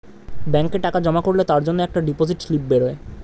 ব্যাংকে টাকা জমা করলে তার জন্যে একটা ডিপোজিট স্লিপ বেরোয়